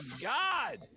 god